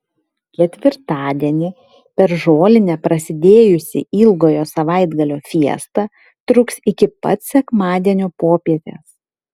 ketvirtadienį per žolinę prasidėjusi ilgojo savaitgalio fiesta truks iki pat sekmadienio popietės